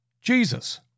Jesus